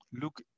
look